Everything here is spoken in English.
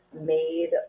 made